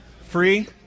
free